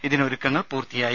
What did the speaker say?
ഇതിന് ഒരുക്കങ്ങൾ പൂർത്തിയായി